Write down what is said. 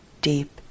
deep